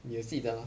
你有记得吗